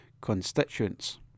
constituents